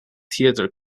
theater